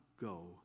go